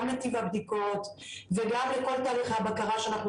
גם לטיב הבדיקות וגם לכל תהליך הבקרה שאנחנו